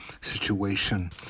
situation